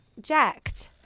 Jacked